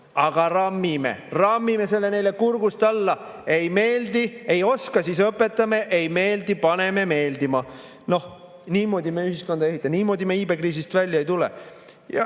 aga rammime, rammime selle neile kurgust alla. Ei meeldi, ei oska, siis õpetame. Ei meeldi, paneme meeldima. Noh, niimoodi me ühiskonda ei ehita, niimoodi me iibekriisist välja ei tule. Ja